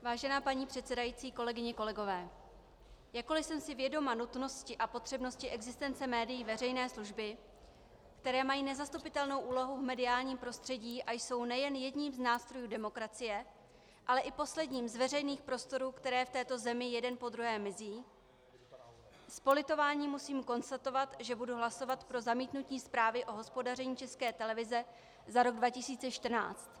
Vážená paní předsedající, kolegyně a kolegové, jakkoli jsem si vědoma nutnosti a potřebnosti existence médií veřejné služby, která mají nezastupitelnou úlohu v mediálním prostředí a jsou nejen jedním z nástrojů demokracie, ale i posledním z veřejných prostorů, které v této zemi jeden po druhém mizí, s politováním musím konstatovat, že budu hlasovat pro zamítnutí zprávy o hospodaření České televize za rok 2014.